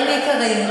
חברים יקרים,